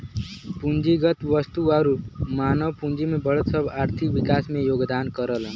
पूंजीगत वस्तु आउर मानव पूंजी में बढ़त सब आर्थिक विकास में योगदान करलन